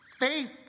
Faith